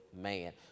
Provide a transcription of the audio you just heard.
man